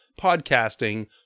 podcasting